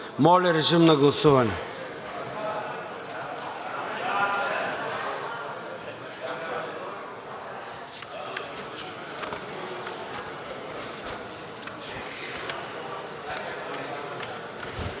Моля, режим на гласуване.